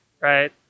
right